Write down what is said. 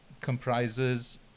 comprises